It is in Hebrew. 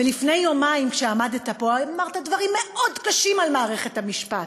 ולפני יומיים כשעמדת פה אמרת דברים מאוד קשים על מערכת המשפט.